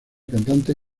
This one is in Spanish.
cantante